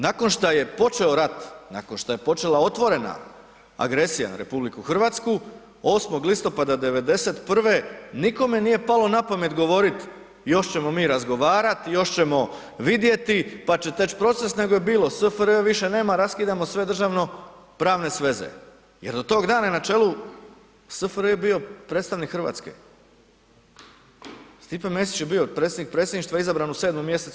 Nakon što je počeo rat, nakon što je počela otvorena agresija na RH, 8. listopada 91. nikome nije palo na pamet govoriti, još ćemo mi razgovarati, još ćemo vidjeti pa će teći proces, nego je bilo, SFRJ više nema, raskidamo sve državno-pravne sveze jer od tog dana na čelu SFRJ je bio predstavnik Hrvatske, Stipe Mesić je bio predsjednik predsjedništva izabran u 7. mj.